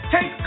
Take